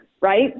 right